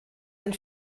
den